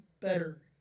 better